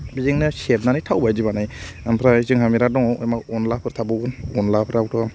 बेजोंनो सेरनानै थाव बायदि बानायो ओमफ्राय जोंहा बेराद दं अनलाफोर थाबावो अनलाफोरावथ'